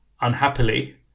unhappily